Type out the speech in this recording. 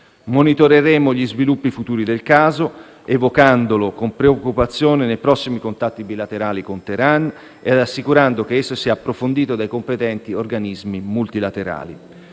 Monitoreremo gli sviluppi futuri del caso, evocandolo con preoccupazione nei prossimi contatti bilaterali con Teheran e assicurando che esso sia approfondito dai competenti organismi multilaterali.